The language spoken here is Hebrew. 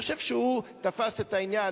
אני חושב שהוא תפס את העניין.